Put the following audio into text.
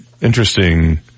interesting